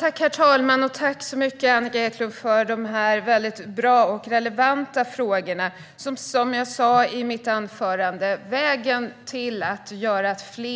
Herr talman! Tack, Annika Eclund, för de väldigt bra och relevanta frågorna! Som jag sa i mitt anförande: Vägen till att fler